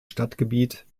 stadtgebiet